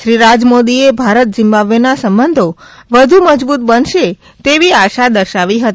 શ્રી રાજ મોદીએ ભારત ઝિમ્બાબવેના સંબંધો વધુ મજબૂત બનશે તેવી આશા દર્શાવી હતી